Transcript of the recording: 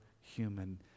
human